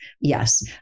yes